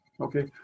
okay